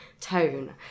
tone